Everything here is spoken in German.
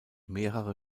mehrere